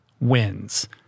wins